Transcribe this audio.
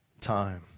time